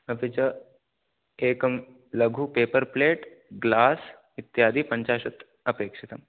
अपि च एकं लघु पेपर् प्लेट् ग्लास् इत्यादयः पञ्चाशत् अपेक्षितम्